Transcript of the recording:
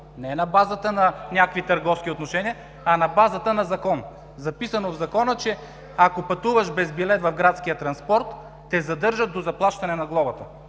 Не на базата на търговски отношения, а на базата на закон?! Например да е написано в закона, че ако пътуваш без билет в градския транспорт, те задържат до заплащане на глобата.